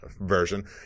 version